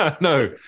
No